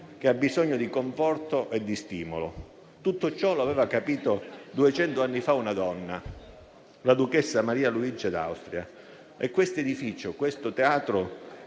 che ha bisogno di conforto e di stimolo. Tutto ciò lo aveva capito duecento anni fa una donna: la duchessa Maria Luigia d'Austria, e questo edificio, questo Teatro,